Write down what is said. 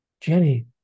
Jenny